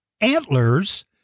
Antlers